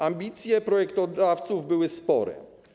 Ambicje projektodawców były spore.